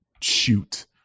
shoot